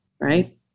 right